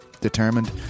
determined